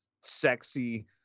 sexy